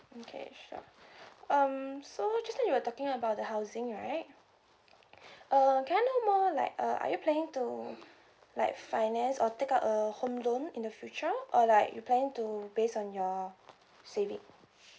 okay sure um so just now you were talking about the housing right uh can I know more like uh are you planning to like finance or take up a home loan in the future or like you planning to base on your savings